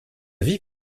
vie